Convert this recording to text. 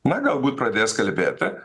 na galbūt pradės kalbėti